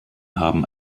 haben